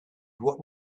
what